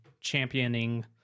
championing